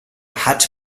hat